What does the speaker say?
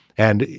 and,